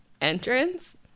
entrance